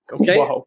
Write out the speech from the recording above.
Okay